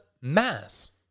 mass